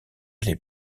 les